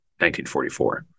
1944